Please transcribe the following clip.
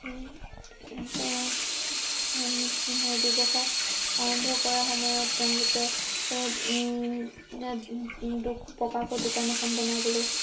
কৰা সন্মুখীন হয় ব্যৱসায় আৰম্ভ কৰাৰ সময়ত তেওঁলোকে পকা দোকান এখন বনাবলৈ